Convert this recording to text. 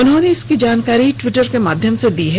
उन्होंने इसकी जानकारी ट्विटर के माध्यम से दी है